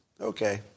Okay